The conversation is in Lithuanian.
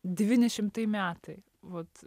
devyni šimtai metai vat